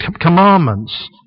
commandments